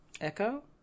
Echo